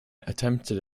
attempted